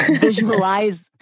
visualize